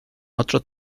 otro